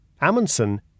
Amundsen